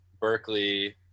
Berkeley